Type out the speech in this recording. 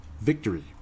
victory